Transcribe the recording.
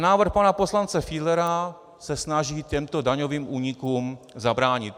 Návrh pana poslance Fiedlera se snaží těmto daňovým únikům zabránit.